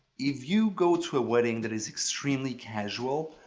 if you go to a wedding that is extremely casual,